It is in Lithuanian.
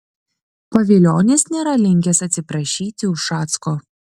pavilionis nėra linkęs atsiprašyti ušacko